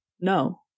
no